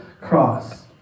cross